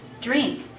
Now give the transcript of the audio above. Drink